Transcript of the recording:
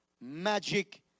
magic